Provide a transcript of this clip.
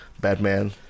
Batman